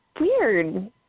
weird